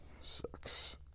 Sucks